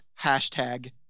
hashtag